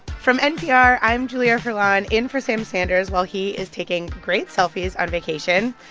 from npr, i'm julia furlan, in for sam sanders while he is taking great selfies on vacation.